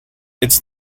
its